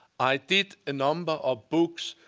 i did a number of books,